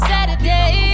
Saturday